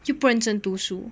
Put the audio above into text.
you 读书